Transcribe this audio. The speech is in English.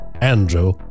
Andrew